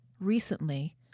recently